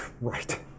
Right